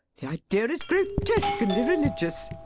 the idea is grotesque and irreligious!